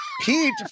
Pete